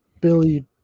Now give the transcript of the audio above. Billy